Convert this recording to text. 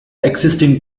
existing